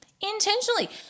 Intentionally